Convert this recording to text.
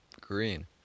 green